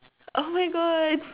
oh my god